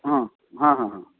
ହଁ ହଁ ହଁ ହଁ